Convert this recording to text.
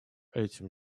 этим